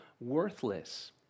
worthless